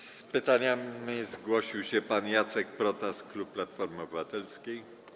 Z pytaniami zgłosił się pan poseł Jacek Protas, klub Platforma Obywatelska.